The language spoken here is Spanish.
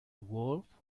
wolf